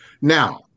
Now